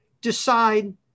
decide